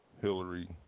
Hillary